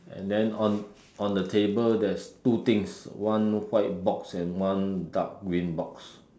and then on on the table there's two things one white box and one dark green box